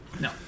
No